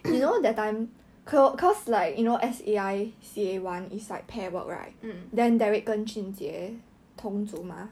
mm